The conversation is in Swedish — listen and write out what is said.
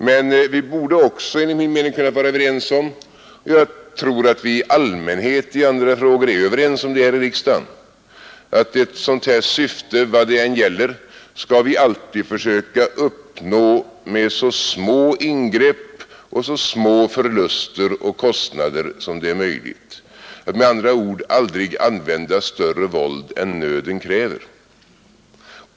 Men vi borde även kunna vara överens om — jag tror också att vi i andra frågor i allmänhet här i riksdagen är överens om det — att ett sådant syfte, vad frågan än gäller, skall vi alltid försöka uppnå med så små ingrepp och så små förluster och kostnader som möjligt. Vi skall med andra ord aldrig använda större våld än nöden kräver.